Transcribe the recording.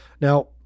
Now